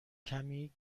کمی